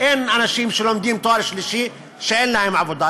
אין אנשים שלומדים לתואר שלישי שאין להם עבודה.